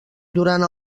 durant